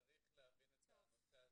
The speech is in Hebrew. צריך להבין את המצב,